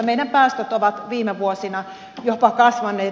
meidän päästömme ovat viime vuosina jopa kasvaneet